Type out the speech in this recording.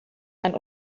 dann